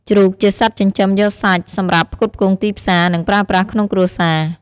ជ្រូក ជាសត្វចិញ្ចឹមយកសាច់សម្រាប់ផ្គត់ផ្គង់ទីផ្សារ និងប្រើប្រាស់ក្នុងគ្រួសារ។